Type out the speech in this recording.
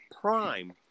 prime